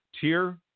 tier